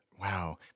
Wow